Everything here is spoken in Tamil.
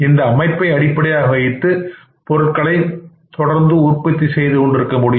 இந்த அமைப்பை அடிப்படையாக வைத்து பொருட்களை தொடர்ந்து செய்து கொண்டிருக்க முடியும்